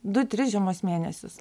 du tris žiemos mėnesius